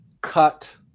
cut